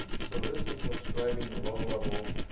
so this is what's driving the low-level.